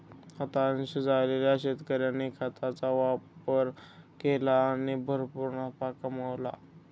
हताश झालेल्या शेतकऱ्याने खताचा वापर केला आणि भरपूर नफा कमावला